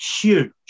huge